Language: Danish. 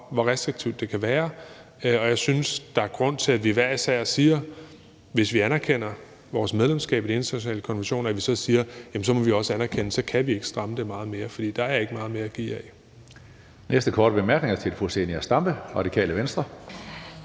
hvor restriktivt det kan være, og jeg synes, der er grund til, at vi hver især siger, at hvis vi anerkender vores medlemskab af de internationale konventioner, må vi også anerkende, at så kan vi ikke stramme det meget mere, for der er ikke meget mere at give af.